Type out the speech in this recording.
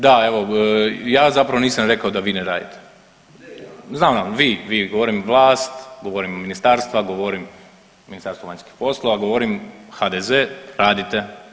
Da, evo, ja zapravo nisam rekao da vi ne radite. ... [[Upadica se ne čuje.]] Znam, znam, vi, govorim, vlast, govorim ministarstva, govorim Ministarstvo vanjskih poslova, govorim HDZ, radite.